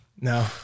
No